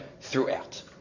throughout